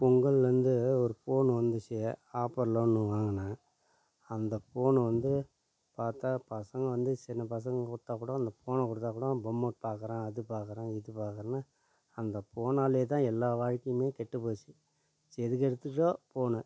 பொங்கல் வந்து ஒரு ஃபோன் வந்துச்சு ஆப்பரில் ஒன்று வாங்கினேன் அந்த ஃபோனு வந்து பார்த்தா பசங்க வந்து சின்ன பசங்க கொடுத்தாக் கூடோ அந்த ஃபோனை கொடுத்தாக் கூடோ பொம்மை பார்க்கறேன் அது பார்க்கறேன் இது பார்க்கறேன்னு அந்த ஃபோனால் தான் எல்லா வாழ்க்கையுமே கெட்டுப்போச்சு செ எது கெடுத்துச்சோ ஃபோனு